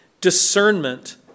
Discernment